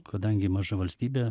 kadangi maža valstybė